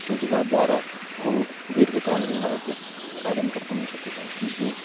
सूचिकाद्वारा बहु दीर्घकालं यावत् कार्यं कर्तुं न शक्यते किन्तु